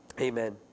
Amen